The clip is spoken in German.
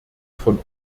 von